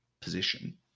position